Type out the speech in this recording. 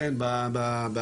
באבוקדו, כן, בתפוזים.